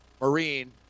Marine